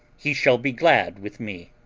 he shall be glad with me.